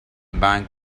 bank